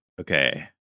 Okay